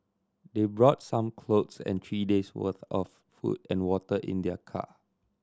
they brought some clothes and three days' worth of food and water in their car